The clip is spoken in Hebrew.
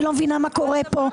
אני לא מבינה מה קורה פה.